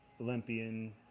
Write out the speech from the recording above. Olympian